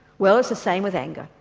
well it's the same with anger,